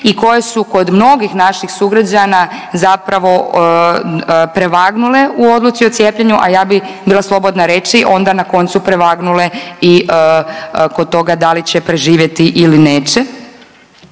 i koje su kod mnogih naših sugrađana zapravo prevagnule u odluci o cijepljenju, a ja bi bila slobodna reći onda na koncu prevagnule i kod toga da li će preživjeti ili neće.